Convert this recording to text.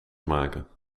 maken